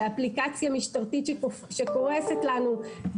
באפליקציה משטרתית שקורסת לנו.